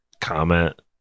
comment